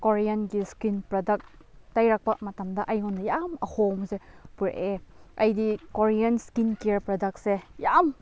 ꯀꯣꯔꯤꯌꯥꯟꯒꯤ skin product ꯇꯩꯔꯛꯄ ꯃꯇꯝꯗ ꯑꯩꯉꯣꯟꯗ ꯌꯥꯝ ꯑꯍꯣꯡꯕꯁꯦ ꯄꯨꯔꯛꯑꯦ ꯑꯩꯗꯤ ꯀꯣꯔꯤꯌꯥꯟ ꯁ꯭ꯀꯤꯟ ꯀꯦꯌꯥꯔ ꯄ꯭ꯔꯗꯛꯁꯦ ꯌꯥꯝ